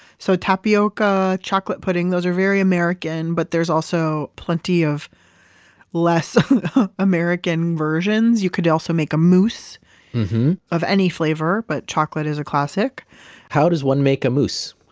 so tapioca, chocolate pudding, those are very american but there's also plenty of less american versions. you could also make a mousse of any flavor, but chocolate is a classic how does one make a mousse?